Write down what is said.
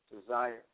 desire